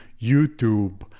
YouTube